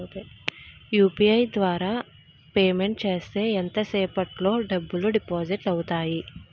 UPI ద్వారా payment చేస్తే ఎంత సేపటిలో డబ్బులు డిపాజిట్ అవుతాయి?